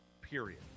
Period